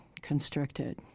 constricted